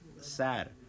sad